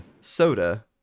soda